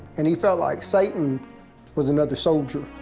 and he felt like satan was another soldier.